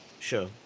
Sure